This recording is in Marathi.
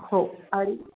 हो आणि